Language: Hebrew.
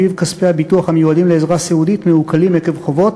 שבו כספי הביטוח המיועדים לעזרה סיעודית מעוקלים עקב חובות,